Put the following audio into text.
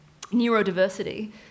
neurodiversity